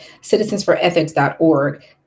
Citizensforethics.org